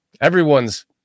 Everyone's